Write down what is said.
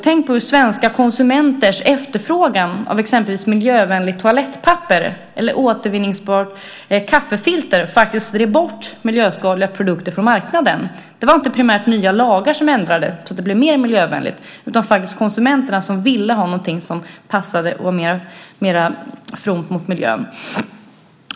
Tänk på hur svenska konsumenters efterfrågan av exempelvis miljövänligt toalettpapper eller återvinningsbart kaffefilter drev bort miljöskadliga produkter från marknaden. Det var inte primärt nya lagar som ändrade så att det blev mer miljövänligt utan faktiskt konsumenterna som ville ha någonting som passade och var mer fromt mot miljön.